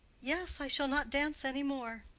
yes i shall not dance any more.